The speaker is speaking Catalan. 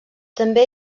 també